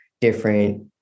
different